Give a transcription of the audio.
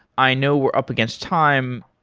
i know we're up against time.